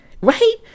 Right